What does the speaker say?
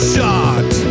Shot